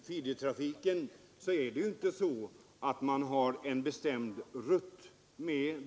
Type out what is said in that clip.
Herr talman! Feedertrafiken går inte efter bestämda rutter.